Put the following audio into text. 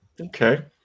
Okay